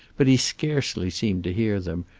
but he scarcely seemed to hear them,